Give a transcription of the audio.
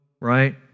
right